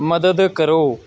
ਮਦਦ ਕਰੋ